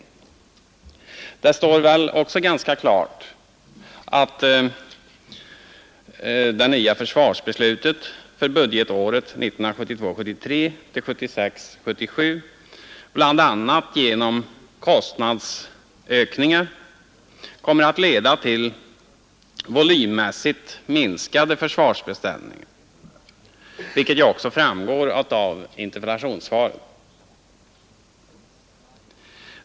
Det står väl ganska klart att det nya försvarsbeslutet för budgetåren 1972 77, bl.a. genom kostnadsökningar, kommer att leda till volymmässigt minskade försvarsmaterielbeställningar, vilket ju också framgår av interpellationssvaret.